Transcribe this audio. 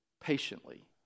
patiently